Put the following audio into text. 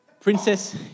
Princess